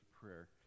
prayer